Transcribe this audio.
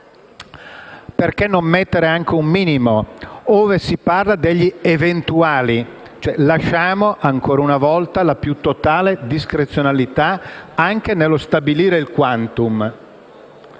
Perché non mettere anche un minimo ove si parla degli eventuali? Lasciamo ancora una volta la più totale discrezionalità anche nello stabilire il *quantum*.